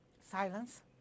Silence